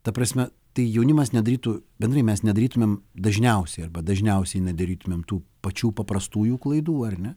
ta prasme tai jaunimas nedarytų bendrai mes neturėtumėm dažniausiai arba dažniausiai nedarytumėm tų pačių paprastųjų klaidų ar ne